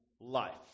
life